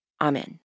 Amen